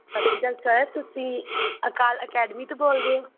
ਸਤਿ ਸ਼੍ਰੀ ਅਕਾਲ ਸਰ ਤੁਸੀਂ ਅਕਾਲ ਅਕੈਡਮੀ ਤੋਂ ਬੋਲ ਰਹੇ ਹੋ